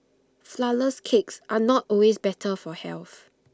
Flourless Cakes are not always better for health